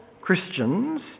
Christians